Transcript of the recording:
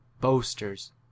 boasters